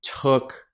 took